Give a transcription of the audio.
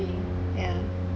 ya